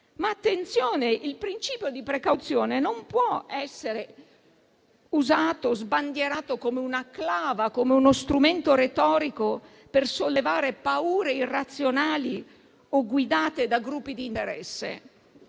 Ma attenzione, il principio di precauzione non può essere usato o sbandierato come una clava, come uno strumento retorico per sollevare paure irrazionali o guidate da gruppi di interesse.